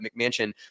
McMansion